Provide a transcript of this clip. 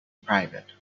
private